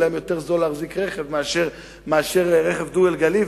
יהיה להם יותר זול להחזיק רכב מאשר רכב דו-גלגלי,